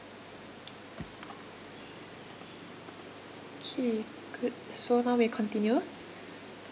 okay good so now we continue